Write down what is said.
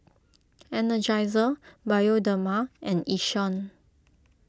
Energizer Bioderma and Yishion